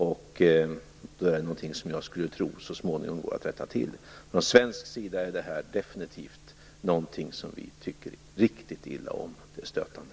Då är detta någonting som jag skulle tro går att rätta till. Från svensk sida är det här definitivt någonting som vi tycker riktigt illa om, det är stötande.